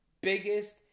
biggest